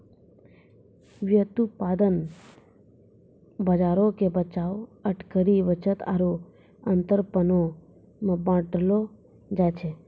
व्युत्पादन बजारो के बचाव, अटकरी, बचत आरु अंतरपनो मे बांटलो जाय छै